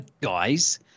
guys